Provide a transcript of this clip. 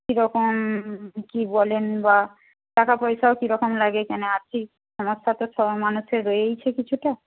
কীরকম কী বলেন বা টাকা পয়সাও কীরকম লাগে আছি সমস্যা তো সব মানুষরেই রয়েছে কিছুটা